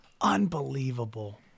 unbelievable